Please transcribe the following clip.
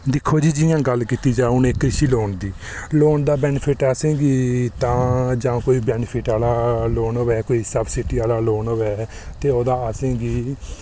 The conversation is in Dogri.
दिक्खो जी जि'यां गल्ल कीती जा हून ए केसी लोन दी लोन दा बैनीफिट असेंगी तां कोई बैनीफि ट आह्ला लोन होऐ कोई सब्सिडी आह्ला लोन होऐ ते ओह्दा असें ई